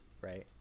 right